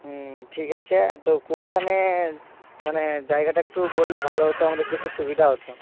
হুম ঠিক আছে তো কোনখানে মানে জায়গাটা একটু বললে ভালো হতো আমাদের যেতে সুবিধা হতো